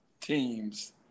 teams